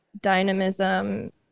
dynamism